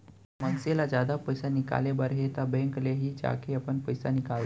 मनसे ल जादा पइसा निकाले बर हे त बेंक ले ही जाके अपन पइसा निकालंथे